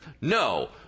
No